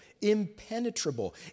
impenetrable